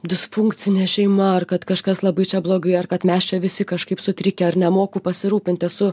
disfunkcinė šeima ar kad kažkas labai čia blogai ar kad mes čia visi kažkaip sutrikę ar nemoku pasirūpint esu